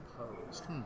opposed